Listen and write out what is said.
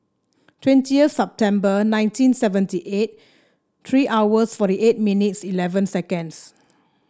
twenty September nineteen seventy eight three hours forty eight minutes eleven seconds